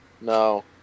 No